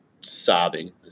sobbing